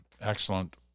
excellent